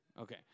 Okay